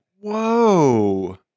Whoa